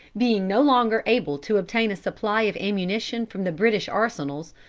being no longer able to obtain a supply of ammunition from the british arsenals,